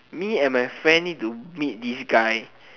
me and my friend need to meet this guy